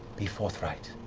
be forthright.